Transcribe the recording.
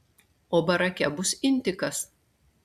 o barake bus intikas